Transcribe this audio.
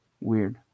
Weird